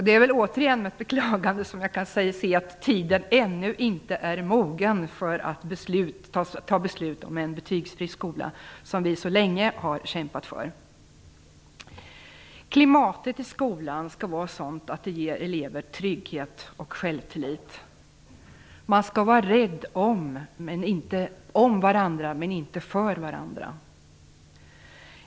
Det är väl återigen att beklaga att tiden ännu inte är mogen för att fatta beslut om en betygsfri skola, som vi så länge har kämpat för. Klimatet i skolan skall vara sådant att det ger elever trygghet och självtillit. Man skall vara rädd om varandra men inte för varandra.